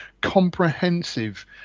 comprehensive